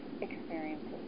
experiences